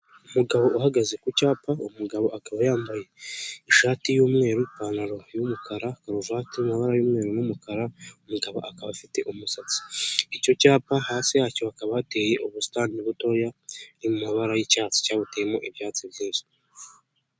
Umugabo uhagaze ku cyapa umugabo akaba yambaye ishati y'umweru, ipantaro y' yumukara, karuvati amabara yumweru numukara, umugabo akaba afite umusatsi, icyo cyapa hasi yacyo hakaba hateye ubusitani butoshye buri mu mabara yi'icyatsi, hateyemo ibyatsi byinshi.